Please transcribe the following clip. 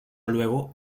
luego